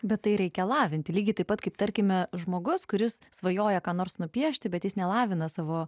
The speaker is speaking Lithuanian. bet tai reikia lavinti lygiai taip pat kaip tarkime žmogus kuris svajoja ką nors nupiešti bet jis nelavina savo